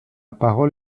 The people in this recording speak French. parole